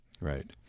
Right